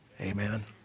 Amen